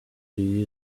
you